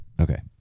Okay